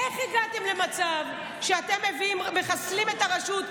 איך הגעתם למצב שאתם מחסלים את הרשות,